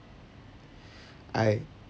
I